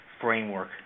framework